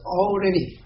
already